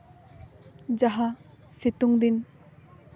ᱡᱟᱦᱟᱸ ᱥᱤᱛᱩᱝ ᱫᱤᱱ